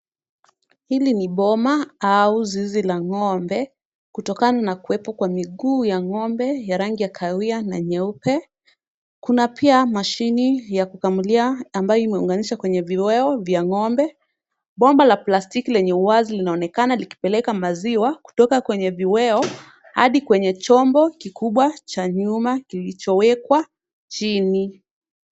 Hili ni boma au zizi la ngombe kutokana na kuwepo kwa miguu ya ngombe ya rangi ya kahawia na nyeupe. Kuna pia mashine ya kukamulia ambayo imeunganishwa kwenye viweo vya ngombe. Bomba la plastiki lenye uwazi linaonekana likipeleka maziwa kutoka kwenye viweo hadi kwenye chombo kikubwa cha nyuma kilichowekwa chini.